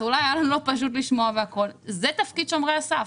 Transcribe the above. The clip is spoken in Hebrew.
אולי היה לנו לא פשוט לשמוע אותם אבל זה תפקיד שומרי הסף,